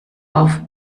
auf